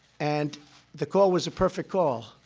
and the call was a perfect call,